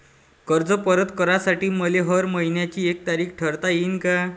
कर्ज परत करासाठी मले हर मइन्याची एक तारीख ठरुता येईन का?